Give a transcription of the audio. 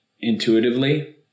intuitively